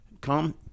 Come